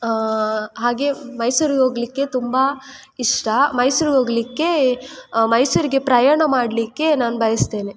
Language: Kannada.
ಹಾಗೆ ಮೈಸೂರ್ಗೆ ಹೋಗ್ಲಿಕ್ಕೆ ತುಂಬ ಇಷ್ಟ ಮೈಸೂರ್ಗೆ ಹೋಗ್ಲಿಕ್ಕೆ ಮೈಸೂರಿಗೆ ಪ್ರಯಾಣ ಮಾಡಲಿಕ್ಕೆ ನಾನು ಬಯಸ್ತೇನೆ